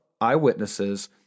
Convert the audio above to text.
eyewitnesses